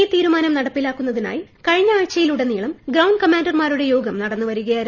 ഈ തീരുമാനം നടപ്പിലാക്കുന്നതിനായി കഴിഞ്ഞ ആഴ്ചയിലുടനീളം ഗ്രൌണ്ട് കമാൻഡർമാരുടെ യോഗം നടന്നുവരികയായിരുന്നു